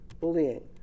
bullying